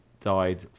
died